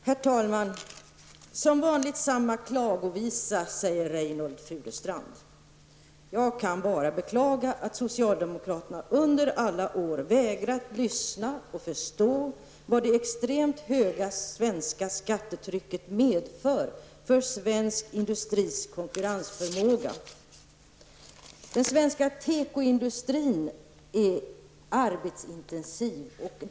Herr talman! Som vanligt är det fråga om samma klagovisa, säger Reynoldh Furustrand. Jag kan bara beklaga att socialdemokraterna under alla år har vägrat att lyssna. De vill inte förstå vad det extremt höga svenska skattetrycket innebär för svensk industris konkurrensförmåga. Den svenska tekoindustrin är arbetsintensiv.